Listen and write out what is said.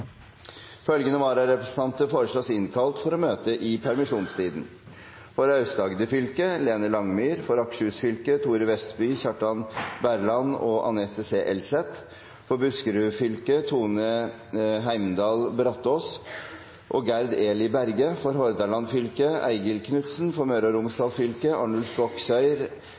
Følgende vararepresentanter innkalles for å møte i permisjonstiden: For Aust-Agder fylke: Lene Langemyr For Akershus fylke: Thore Vestby, Kjartan Berland og Anette C. Elseth For Buskerud fylke: Tone Heimdal Brattaas og Gerd Eli Berge For Hordaland fylke: Eigil Knutsen For Møre og